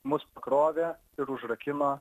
mus pakrovė ir užrakino